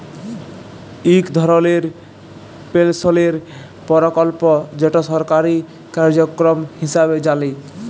ইক ধরলের পেলশলের পরকল্প যেট সরকারি কার্যক্রম হিঁসাবে জালি